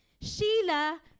Sheila